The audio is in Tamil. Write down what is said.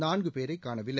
நான்கு பேர் காணவில்லை